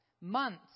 months